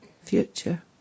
future